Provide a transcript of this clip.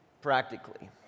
practically